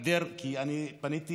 אני פניתי